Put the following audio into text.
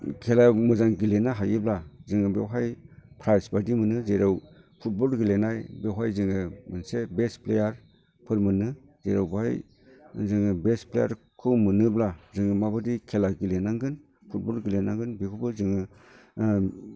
खेला मोजां गेलेनो हायोब्ला जोङो बेवहाय प्राइज बायदि मोनो जों जेराव फुटबल गेलेनाय बेवहाय जोङो मोनसे बेस्ट प्लेयार मोनो जेराव बाहाय जोङो बेस्ट प्लेयारखौ मोनोब्ला जों माबादि खेला गेलेनांगोन फुटबल गेलेनांगोन बेखौबो जोङो